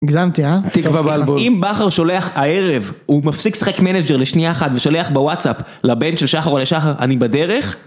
אם בחר שולח הערב הוא מפסיק שחק מנאג'ר לשנייה אחת ושולח בוואטסאפ לבן של שחר ולשחר אני בדרך.